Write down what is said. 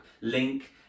link